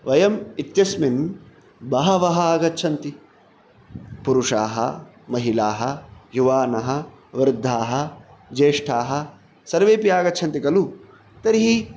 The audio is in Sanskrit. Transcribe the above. वयम् इत्यस्मिन् बहवः आगच्छन्ति पुरुषाः महिलाः युवानः वृद्धाः ज्येष्ठाः सर्वेऽपि आगच्छन्ति कलु तर्हि